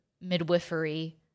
midwifery